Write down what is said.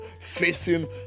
facing